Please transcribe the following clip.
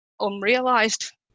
unrealised